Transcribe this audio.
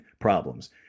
problems